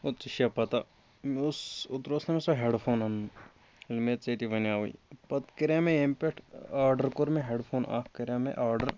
او ژےٚ چھیا پَتہ مےٚ اوس اوترٕ اوس نَہ سُہ ہٮ۪ڈ فون اوٚن ییٚلہِ مےٚ ژے تہِ وَنیٚوُے پَتہٕ کَرے مےٚ ییٚمہِ پٮ۪ٹھ آڈَر کوٚر مےٚ ہٮ۪ڈ فون اَکھ کَرے مےٚ آڈَر